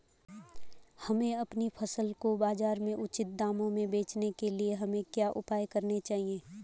हमें अपनी फसल को बाज़ार में उचित दामों में बेचने के लिए हमें क्या क्या उपाय करने चाहिए?